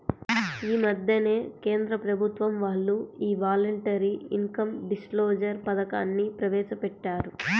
యీ మద్దెనే కేంద్ర ప్రభుత్వం వాళ్ళు యీ వాలంటరీ ఇన్కం డిస్క్లోజర్ పథకాన్ని ప్రవేశపెట్టారు